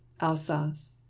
Alsace